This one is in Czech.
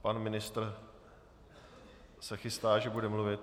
Pan ministr se chystá, že bude mluvit.